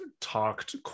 talked